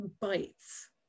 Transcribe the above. bites